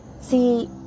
See